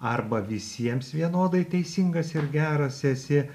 arba visiems vienodai teisingas ir geras esi